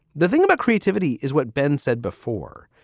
the thing about creativity is what ben said before.